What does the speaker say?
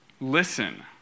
listen